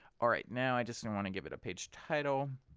all right now i just want to give it a page title,